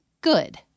Good